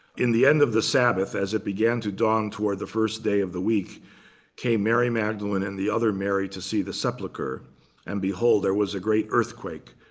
in the end of the sabbath as it began to dawn toward the first day of the week came mary magdalene and the other mary to see the sepulcher. and behold, there was a great earthquake.